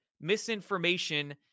misinformation